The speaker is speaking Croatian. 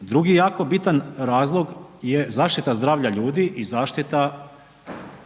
Drugi jako bitan razlog je zaštita zdravlja ljudi i zaštita